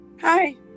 Hi